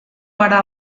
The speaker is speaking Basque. gara